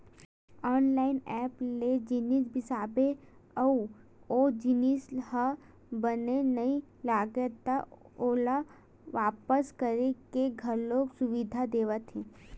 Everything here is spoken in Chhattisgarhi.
ऑनलाइन ऐप ले जिनिस बिसाबे अउ ओ जिनिस ह बने नइ लागिस त ओला वापिस करे के घलो सुबिधा देवत हे